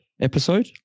episode